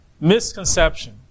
misconception